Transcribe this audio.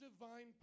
divine